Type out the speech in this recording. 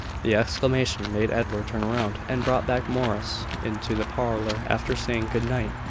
the exclamation made edward turn round, and brought back morris into the parlour after saying good-night.